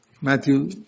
Matthew